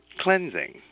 cleansing